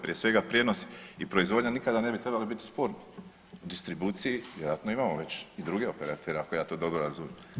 Prije svega prijenos i proizvodnja nikada ne bi trebali biti sporni distribuciji, vjerojatno imamo već i druge operatere ako ja to dobro razumijem.